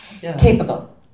capable